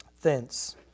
thence